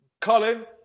Colin